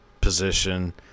position